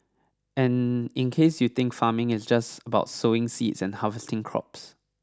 and in case you think farming is just about sowing seeds and harvesting crops